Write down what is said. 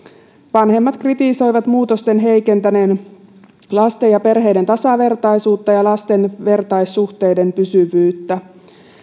vanhemmat kritisoivat muutosten heikentäneen lasten ja perheiden tasavertaisuutta ja lasten vertaissuhteiden pysyvyyttä